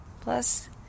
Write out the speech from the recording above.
Plus